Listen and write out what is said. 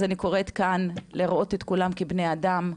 אז אני קוראת כאן לראות את כולם כבני אדם,